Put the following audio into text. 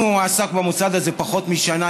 אם הוא מועסק במוסד הזה פחות משנה,